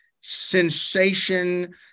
sensation